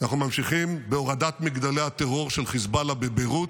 אנחנו ממשיכים בהורדת מגדלי הטרור של חיזבאללה בביירות,